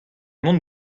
mont